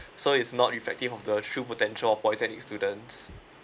so it's not effective of the true potential of polytechnic students